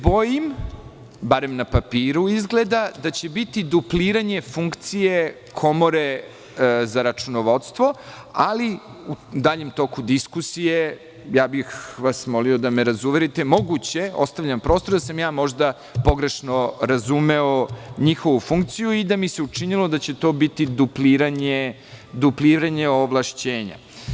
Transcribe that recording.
Bojim se, barem na papiru izgleda, da će biti dupliranje funkcije Komore za računovodstvo, ali u daljem toku diskusije bih vas molio da me razuverite moguće, ostavljam prostor, da sam možda pogrešno razumeo njihovu funkciju i da mi se učinilo da će to biti dupliranje ovlašćenja.